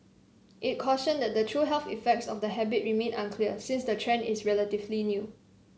it cautioned that the true health effects of the habit remain unclear since the trend is relatively new